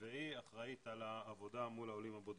והיא אחראית על העבודה מול העולים הבודדים.